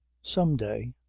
some day.